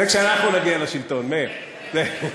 זה כשאנחנו נגיע לשלטון, מאיר.